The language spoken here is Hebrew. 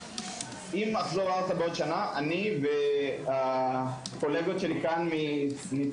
אם אחזור ארצה אני והקולגות שלי כאן מתל-אביב